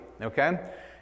okay